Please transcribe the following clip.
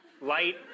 light